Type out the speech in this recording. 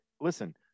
listen